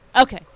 Okay